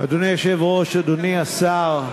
אדוני היושב-ראש, אדוני השר,